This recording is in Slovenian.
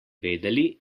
vedeli